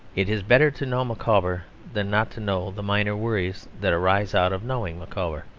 it is better to know micawber than not to know the minor worries that arise out of knowing micawber.